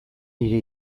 nire